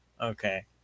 Okay